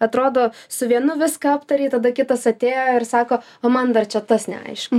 atrodo su vienu viską aptarei tada kitas atėjo ir sako o man dar čia tas neaišku